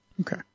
Okay